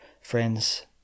friends